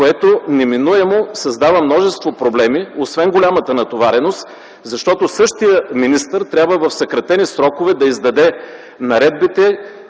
Това неминуемо създава множество проблеми, освен голямата натовареност, защото същият министър трябва в съкратени срокове да издаде наредбите,